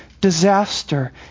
disaster